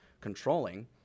controlling